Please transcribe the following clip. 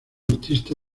artista